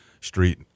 Street